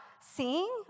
seeing